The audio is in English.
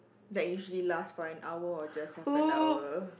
that is usually last for an hour or just half an hour